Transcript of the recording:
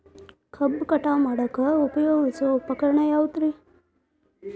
ಕಬ್ಬು ಕಟಾವು ಮಾಡಾಕ ಉಪಯೋಗಿಸುವ ಉಪಕರಣ ಯಾವುದರೇ?